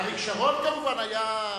אריק שרון כמובן היה,